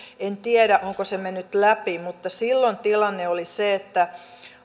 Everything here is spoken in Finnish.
en tiedä onko se mennyt läpi mutta silloin tilanne oli se että